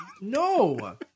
No